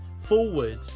forward